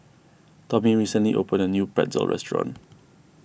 Tommy recently opened a new Pretzel restaurant